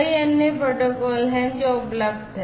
कई अन्य प्रोटोकॉल हैं जो उपलब्ध हैं